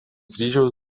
kryžiaus